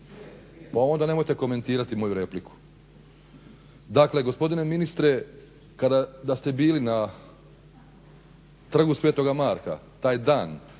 Pa onda nemojte komentirati moju repliku. Dakle, gospodine ministre da ste bili na Trgu sv. Marka taj dan